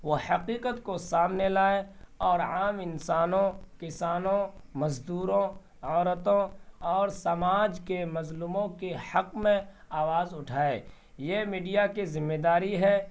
وہ حقیقت کو سامنے لائے اور عام انسانوں کسانوں مزدوروں عورتوں اور سماج کے مظلوموں کے حق میں آواز اٹھائے یہ میڈیا کی ذمہ داری ہے